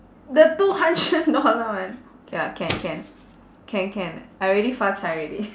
the two hundred dollar one K lah can can can can I already 发财 already